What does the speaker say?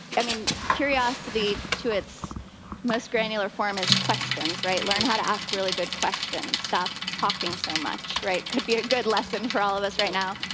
i mean, curiosity to its most granular form of questions, right? learn how to ask really good questions. stop talking so much, right, could be a good lesson for all of us right now.